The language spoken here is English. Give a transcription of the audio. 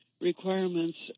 Requirements